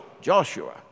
Joshua